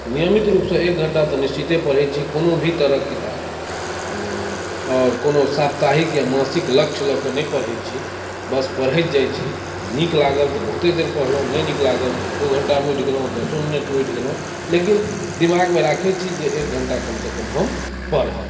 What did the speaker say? नियमित रूपसँ एक घण्टा तऽ निश्चिते पढ़ै छी कोनो भी तरहक किताब आओर कोनो साप्ताहिक या मासिक लक्ष्य लऽ कऽ नहि पढ़ै छी बस पढ़ैत जाइ छी नीक लागल तऽ बहुते देर पढ़लहुॅं नहि नीक लागल तऽ एको घण्टामे उठि गेलहुॅं दसो मिनट मे उठि गेलहुॅं लेकिन दिमाग मे राखै छी जे एक घण्टा कम सँ कम हम पढ़ब